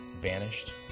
banished